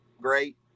great